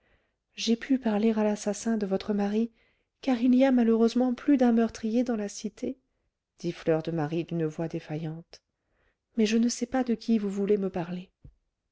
j'ai pu parler à l'assassin de votre mari car il y a malheureusement plus d'un meurtrier dans la cité dit fleur de marie d'une voix défaillante mais je ne sais pas de qui vous voulez me parler